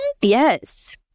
Yes